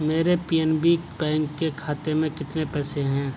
میرے P N B bank کے کھاتے میں کتنے پیسے ہیں